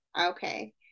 Okay